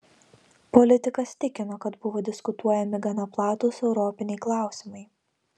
politikas tikino kad buvo diskutuojami gana platūs europiniai klausimai